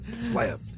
Slam